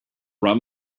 rum